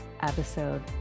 episode